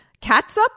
catsup